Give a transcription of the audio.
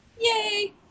Yay